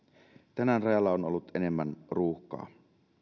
tänään rajalla on ollut enemmän ruuhkaa